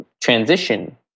transition